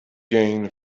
gain